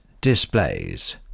displays